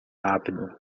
rápido